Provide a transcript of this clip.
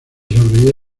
sobre